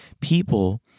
people